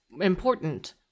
important